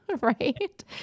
Right